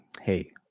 hey